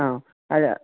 ആ അതെ